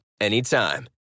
anytime